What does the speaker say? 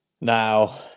now